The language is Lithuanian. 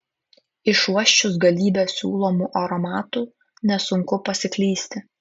išuosčius galybę siūlomų aromatų nesunku pasiklysti